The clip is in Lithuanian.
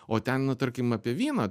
o ten nu tarkim apie vyną